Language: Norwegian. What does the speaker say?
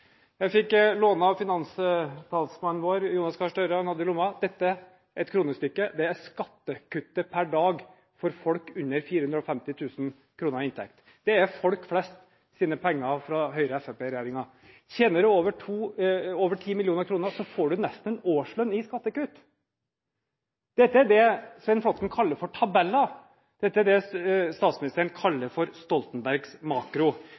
Jeg fikk låne et kronestykke av finanstalsmannen vår, Jonas Gahr Støre – han hadde det i lomma. Det er skattekuttet per dag for folk som har under 450 000 kr i inntekt. Det er folk flest sine penger fra Høyre–Fremskrittsparti-regjeringen. Tjener du over 10 mill. kr, får du nesten en årslønn i skattekutt. Dette er det Svein Flåtten kaller tabeller, dette er det statsministeren kaller Stoltenbergs makro